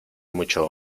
mucho